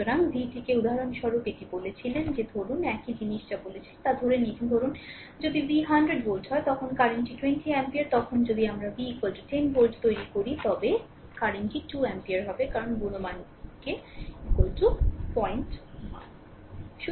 সুতরাং v টিকে উদাহরণস্বরূপ এটি বলেছিলেন যে ধরুন একই জিনিস যা বলেছিল তা ধরে নিয়েছেন ধরুন যদি v 100 ভোল্ট হয় তখন কারেন্ট টি 20 অ্যাম্পিয়ার তবে আমরা যদি v 10 ভোল্ট তৈরি করি তবে কারেন্টটি 2 এমপিয়ার হবে কারণ গুণমান কে 01